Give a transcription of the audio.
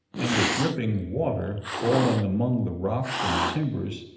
and the dripping water, falling among the rocks and timbers,